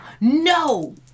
no